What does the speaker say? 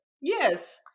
Yes